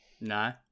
No